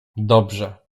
dobrze